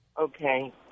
Okay